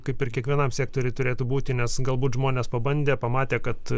kaip ir kiekvienam sektoriui turėtų būti nes galbūt žmonės pabandę pamatė kad